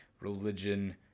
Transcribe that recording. religion